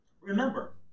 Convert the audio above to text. Remember